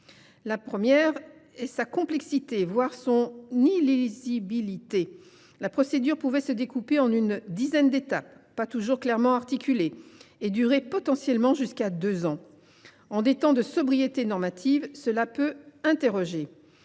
raison porte sur sa complexité, voire son illisibilité. La procédure pouvait se découper en une dizaine d’étapes, pas toujours clairement articulées, et durer jusqu’à deux ans. En des temps de sobriété normative, il y avait de